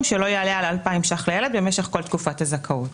שלא יעלה על 2,000 שקל לילד במשך כל תקופת הזכאות.